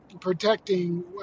protecting